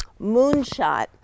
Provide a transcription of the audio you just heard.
Moonshot